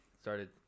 started